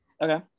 Okay